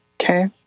Okay